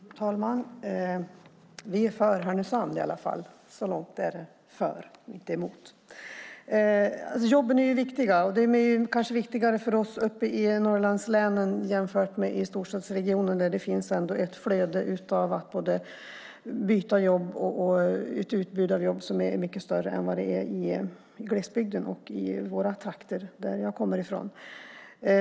Fru talman! Vi är för i Härnösand i alla fall - så långt är vi för och inte emot. Jobben är viktiga, och de är kanske viktigare för oss uppe i Norrlandslänen än för storstadsregionerna. Där finns det både ett flöde av att byta jobb och ett utbud av jobb som är mycket större än vad det är i glesbygden och i de trakter som jag kommer från.